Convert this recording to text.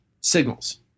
signals